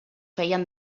feien